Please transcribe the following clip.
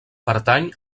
pertany